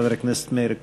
חבר הכנסת מאיר כהן,